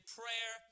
prayer